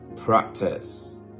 practice